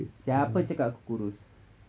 siapa cakap aku kurus